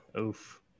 Oof